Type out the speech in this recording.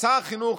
החינוך.